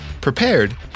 prepared